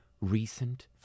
recent